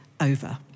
over